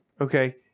Okay